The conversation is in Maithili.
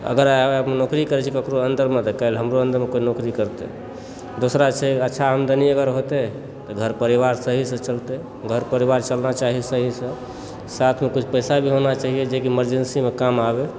अगर अहाँ नौकरी करय छी ककरो अन्दरमऽ तऽ काल्हि हमरो अन्दरमऽ कोई नौकरी करतय दोसरा छै अच्छा आमदनी अगर होतय तऽ घर परिवार सहीसँ चलतय घर परिवार चलना चाही सहीसँ साथमे कुछ पैसा भी होना चाहिए जेकि इमरजेन्सीमे काम आबय